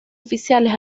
oficiales